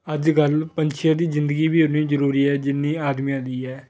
ਅੱਜ ਕੱਲ੍ਹ ਪੰਛੀਆਂ ਦੀ ਜ਼ਿੰਦਗੀ ਵੀ ਓਨੀ ਹੀ ਜ਼ਰੂਰੀ ਹੈ ਜਿੰਨੀ ਆਦਮੀਆਂ ਦੀ ਹੈ